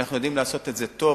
אנחנו יודעים לעשות את זה טוב,